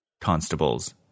constables